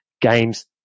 games